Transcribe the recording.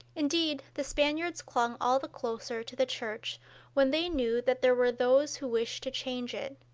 indeed, the spaniards clung all the closer to the church when they knew that there were those who wished to change it,